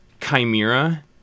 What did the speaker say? chimera